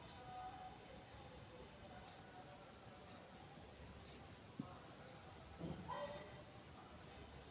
दूध भंडारण मसीन केरो सहयोग सें दूध एकत्रित करलो जाय छै